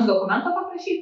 dokumento paprašyti